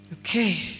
Okay